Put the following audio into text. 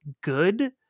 good